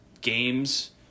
games